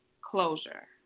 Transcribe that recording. closure